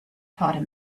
taught